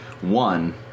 One